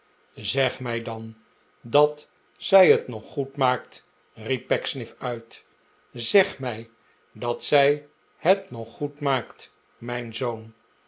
zeg mij dan dat zij het nog goed maakt riep pecksniff uit zeg mij dat zij het nog goed maakt mijn zoon